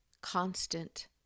constant